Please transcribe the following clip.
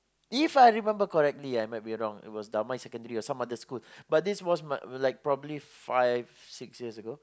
If I remember correct I might be wrong it was Damai Secondary or some other school but this was mine probably like five or six years ago